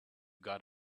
got